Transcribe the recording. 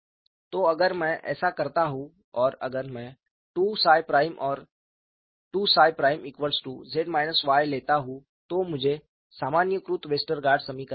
तो अगर मैं ऐसा करता हूं और अगर मैं 2𝜳′Z Y लेता हूं तो मुझे सामान्यीकृत वेस्टरगार्ड समीकरण मिलते हैं